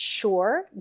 sure